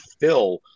fill